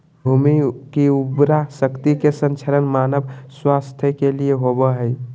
भूमि की उर्वरा शक्ति के संरक्षण मानव स्वास्थ्य के लिए होबो हइ